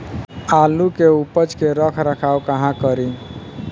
आलू के उपज के रख रखाव कहवा करी?